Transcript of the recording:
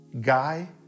Guy